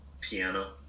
piano